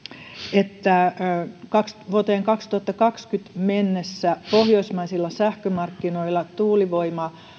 että vuoteen kaksituhattakaksikymmentä mennessä pohjoismaisilla sähkömarkkinoilla tuulivoima